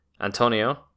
Antonio